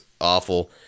awful